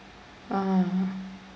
ah